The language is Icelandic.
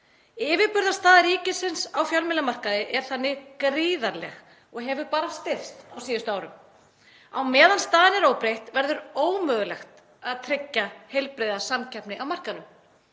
Yfirburðastaða ríkisins á fjölmiðlamarkaði er þannig gríðarleg og hefur bara styrkst á síðustu árum. Á meðan staðan er óbreytt verður ómögulegt að tryggja heilbrigða samkeppni á markaðnum.